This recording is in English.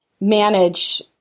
manage